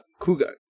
Kuga